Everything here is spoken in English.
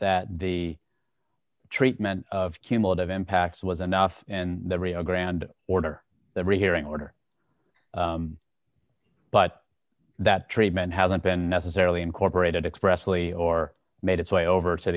that the treatment of cumulative impacts was enough and the rio grande order that rehearing order but that treatment hasn't been necessarily incorporated expressly or made its way over to